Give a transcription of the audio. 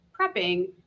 prepping